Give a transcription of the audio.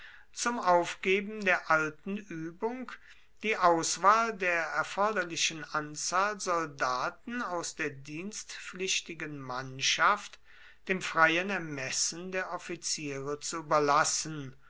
zum aufgeben der alten übung die auswahl der erforderlichen anzahl soldaten aus der dienstpflichtigen mannschaft dem freien ermessen der offiziere zu überlassen